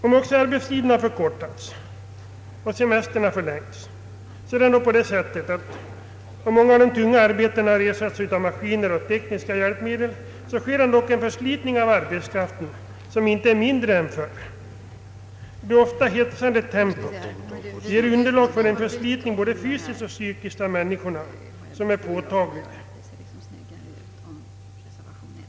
Om arbetstiden förkortats och scmestern förlängts är det ändå ett faktum att fastän många av de tunga arbetena utförs med maskiner och tekniska hjälpmedel sker en förslitning av arbetskraften som inte är mindre än förr. Det ofta hetsade tempot ger underlag för förslitning både fysiskt och psykiskt av människorna.